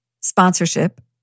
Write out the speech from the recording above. sponsorship